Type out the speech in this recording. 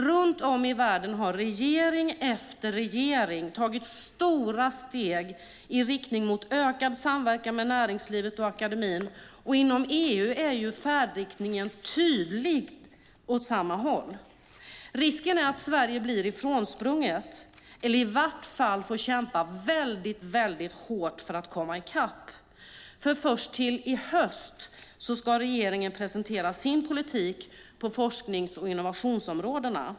Runt om i världen har regering efter regering tagit stora steg i riktning mot ökad samverkan med näringslivet och akademin. Inom EU är samma färdriktning tydlig. Risken är att Sverige blir ifrånsprunget eller i varje fall får kämpa väldigt hårt för att komma i kapp. Först till hösten ska regeringen presentera sin politik på forsknings och innovationsområdena.